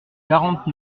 quarante